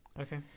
okay